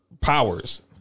powers